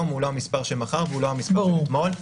הוא לא המספר של מחר והוא לא המספר של אתמול.